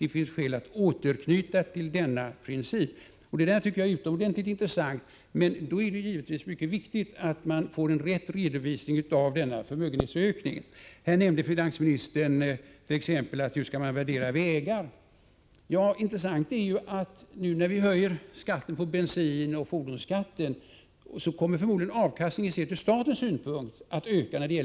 Det finns skäl att återknyta till denna princip.” Jag tycker att det är utomordentligt intressant, men det är givetvis mycket viktigt att man får en riktig redovisning av denna förmögenhetsökning. Finansministern ställde exempelvis frågan hur man skall värdera vägar. Det är intressant att avkastningen när det gäller vägar, sett ur statens synpunkt, förmodligen kommer att öka när vi höjer skatten på bensin och fordonskatten.